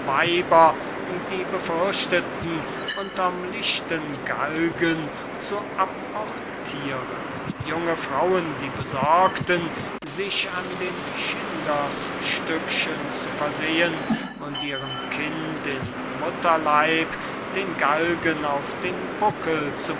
weiber die befürchteten unterm lichten galgen zu abortiren junge frauen die besorgten sich an den schinders stückchen zu versehen und ihrem kind im mutterleib den galgen auf den buckel